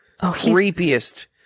creepiest